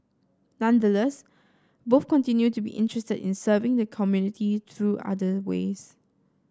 nonetheless both continue to be interested in serving the community through other ways